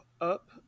up